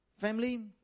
Family